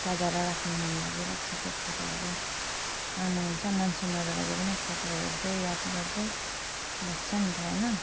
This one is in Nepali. सजाएर राख्नु मन लागिरहेको छ त्यो फोटोहरू काम आउँछ मान्छे मरेर गए पनि फोटो हेर्दै याद गर्दै बस्छ नि त होइन